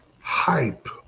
hype